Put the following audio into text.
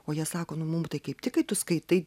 o jie sako nu mum kaip tik kai tu skaitai